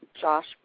Josh